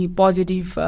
positive